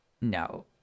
no